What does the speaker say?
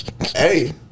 Hey